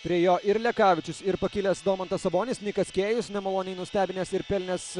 prie jo ir lekavičius ir pakilęs domantas sabonis nikas kėjus nemaloniai nustebinęs ir pelnęs